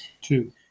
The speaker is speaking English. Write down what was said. two